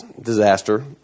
disaster